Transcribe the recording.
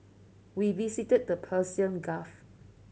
we visited the Persian Gulf